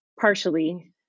partially